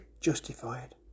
justified